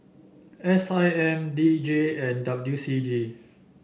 S I M D J and W C G